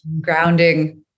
grounding